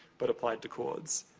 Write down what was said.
but applied to chords.